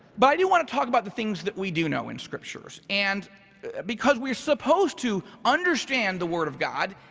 but i do wanna talk about the things that we do know in scriptures. and because we're supposed to understand the word of god,